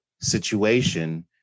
situation